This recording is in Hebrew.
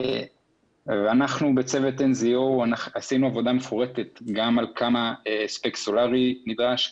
אנחנו בצוות NZO עשינו עבודה מפורטת גם על כמה הספק סולרי נדרש,